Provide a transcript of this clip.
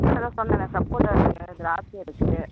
அதான் சொன்னன்னே சப்போட்டா இருக்கு திராட்சை இருக்கு